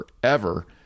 forever